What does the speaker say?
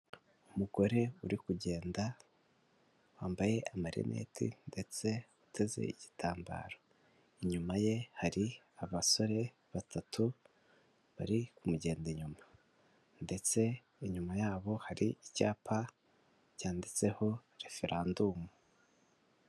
Umugore uri kugenda wambaye amarineti ndetse uteze igitambaro, inyuma ye hari abasore batatu bari kumugenda inyuma, ndetse inyuma yabo hari icyapa cyanditseho referandumu.